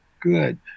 good